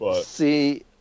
see